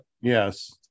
Yes